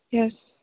yes